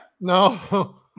no